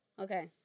Okay